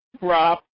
Rob